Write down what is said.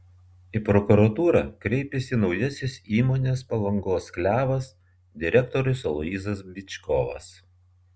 į prokuratūrą kreipėsi naujasis įmonės palangos klevas direktorius aloyzas byčkovas